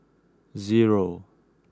zero